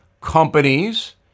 companies